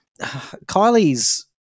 Kylie's